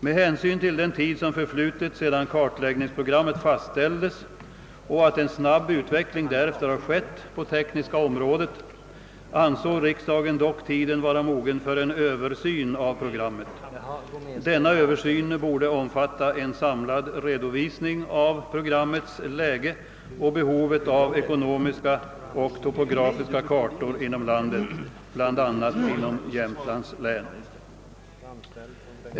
Med hänsyn till den tid som förflutit sedan kartläggningsprogrammet fastställdes och till den snabba utveckling som därefter har skett på det tekniska området ansåg riksdagen emellertid tiden vara mogen för en översyn av programmet. Denna översyn borde omfatta en samlad redovisning av programmets läge och behovet av ekonomiska och topografiska kartor inom landet, bl.a. inom Jämtlands län.